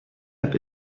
app